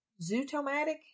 Zootomatic